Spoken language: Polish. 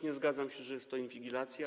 Nie zgadzam się, że jest to inwigilacja.